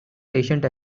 patient